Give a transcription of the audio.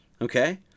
Okay